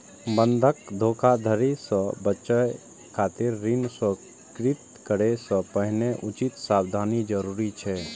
बंधक धोखाधड़ी सं बचय खातिर ऋण स्वीकृत करै सं पहिने उचित सावधानी जरूरी छै